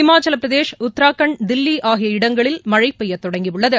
இமாச்சல்பிரதேஷ் உத்ராகண்ட் தில்லி ஆகிய இடங்களில் மழை பெய்ய தொடங்கியுள்ளது